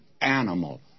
animal